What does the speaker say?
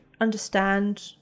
understand